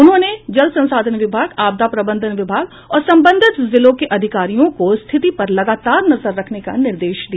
उन्होंने जल संसाधन विभाग आपदा प्रबंधन विभाग और संबंधित जिलों के अधिकारियों को स्थिति पर लगातार नजर रखने का निर्देश दिया